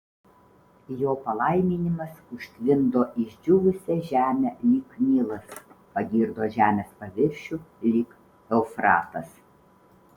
jo palaiminimas užtvindo išdžiūvusią žemę lyg nilas pagirdo žemės paviršių lyg eufratas